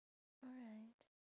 alright